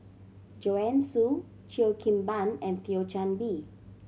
Joanne Soo Cheo Kim Ban and Thio Chan Bee